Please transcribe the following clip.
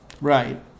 right